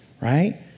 Right